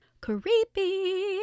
creepy